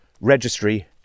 registry